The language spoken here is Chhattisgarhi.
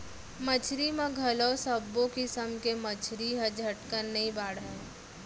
मछरी म घलौ सब्बो किसम के मछरी ह झटकन नइ बाढ़य